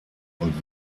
und